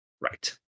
Right